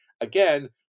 Again